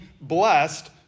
blessed